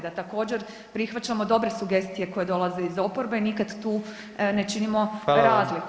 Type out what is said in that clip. Da također, prihvaćamo dobre sugestije koje dolaze iz oporbe, nikad tu ne činimo razliku.